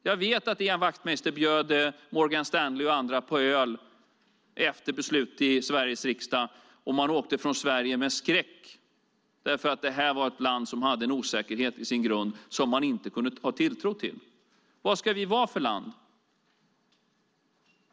Jag vet att Ian Wachtmeister bjöd Morgan Stanley och andra på öl efter beslutet i Sveriges riksdag, och man åkte från Sverige med skräck, eftersom det var ett land som hade en osäkerhet i sin grund och som man inte kunde ha tilltro till. Vad ska vi vara för land?